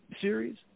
series